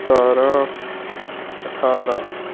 ਸਤਾਰਾਂ ਅਠਾਰਾਂ